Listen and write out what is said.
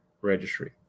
registry